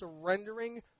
surrendering